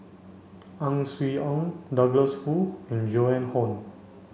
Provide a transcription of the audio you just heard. Ang Swee Aun Douglas Foo and Joan Hon